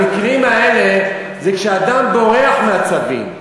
המקרים האלה זה כשאדם בורח מהצווים,